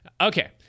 Okay